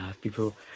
People